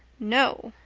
no.